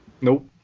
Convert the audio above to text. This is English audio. nope